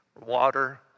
water